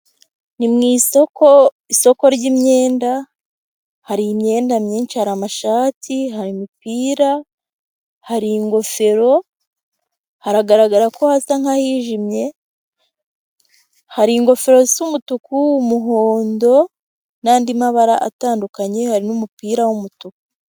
Ni mu isoko, isoko ry'imyenda, hari imyenda myinshi, hari amashati, hari imipira, hari ingofero, hagaragara ko hasa n'ahijimye, hari ingofero z'umutuku, umuhondo n'andi mabara atandukanye, hari n'umupira w'umutuku.